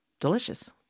delicious